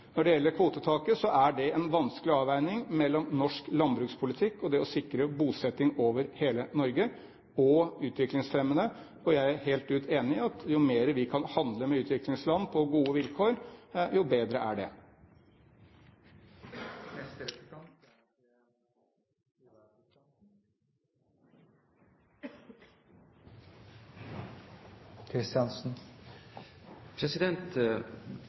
Når det gjelder kvotetaket, er det en vanskelig avveining mellom det å ha en norsk landbrukspolitikk som sikrer bosetting i hele Norge, og det at det skal være utviklingsfremmende. Jeg er helt enig i at jo mer vi kan handle med utviklingsland på gode vilkår, jo bedre er